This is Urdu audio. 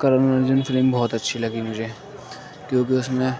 کرن ارجن فلم بہت اچھی لگی مجھے کیوںکہ اُس میں